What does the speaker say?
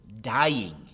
dying